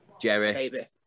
Jerry